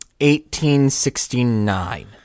1869